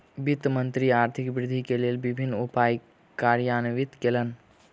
वित्त मंत्री आर्थिक वृद्धि के लेल विभिन्न उपाय कार्यान्वित कयलैन